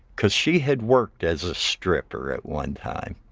cause she had worked as a stripper at one time.